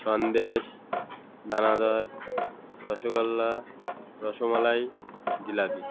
Sandesh danadar rasgulla rasmalai jalebi